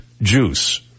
juice